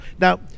Now